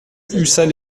ussat